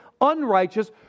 unrighteous